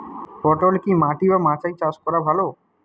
পটল কি মাটি বা মাচায় চাষ করা ভালো?